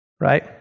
right